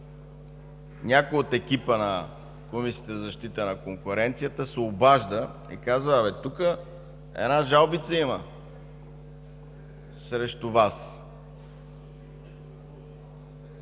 някой от екипа на Комисията за защита на конкуренцията се обажда и казва: „Тук има една жалбица срещу теб.